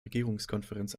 regierungskonferenz